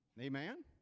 Amen